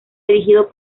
dirigido